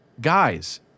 guys